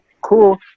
cool